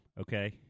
okay